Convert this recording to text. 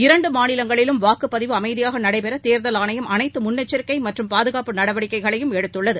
இரண்டு மாநிலங்களிலும் வாக்குப்பதிவு அமைதியாக நடைபெற தேர்தல் ஆணையம் அனைத்து முன்னெச்சரிக்கை மற்றும் பாதுகாப்பு நடவடிக்கைகளையும் எடுத்துள்ளது